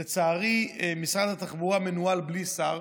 לצערי, משרד התחבורה מנוהל בלי שר,